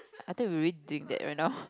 I thought we were already doing that right now